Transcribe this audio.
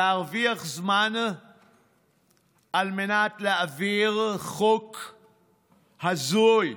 להרוויח זמן על מנת להעביר חוק הזוי,